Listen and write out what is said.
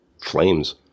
flames